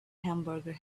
hamburger